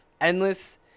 Endless